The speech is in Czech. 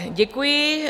Děkuji.